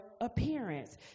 appearance